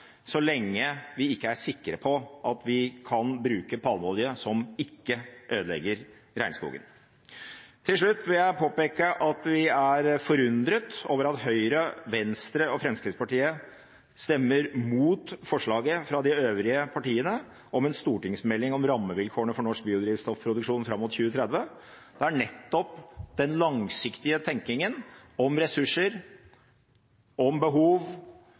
så lenge vi ikke er sikre på at vi kan bruke palmeolje som ikke ødelegger regnskogen. Til slutt vil jeg påpeke at vi er forundret over at Høyre, Venstre og Fremskrittspartiet stemmer mot forslaget fra de øvrige partiene om en stortingsmelding om rammevilkårene for norsk biodrivstoffproduksjon fram mot 2030. Det er nettopp den langsiktige tenkingen om ressurser, om behov,